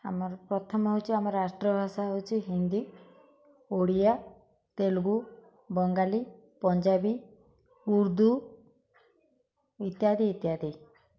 ଆମର ପ୍ରଥମ ହେଉଛି ଆମର ରାଷ୍ଟ୍ରଭାଷା ହେଉଛି ହିନ୍ଦୀ ଓଡ଼ିଆ ତେଲୁଗୁ ବଙ୍ଗାଳୀ ପଞ୍ଜାବୀ ଉର୍ଦ୍ଦୁ ଇତ୍ୟାଦି ଇତ୍ୟାଦି